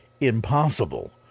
impossible